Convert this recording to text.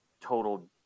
total